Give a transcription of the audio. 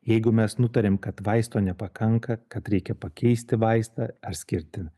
jeigu mes nutarėm kad vaisto nepakanka kad reikia pakeisti vaistą ar skirti